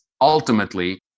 ultimately